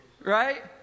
Right